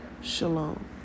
Shalom